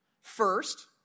First